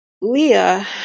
Leah